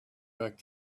back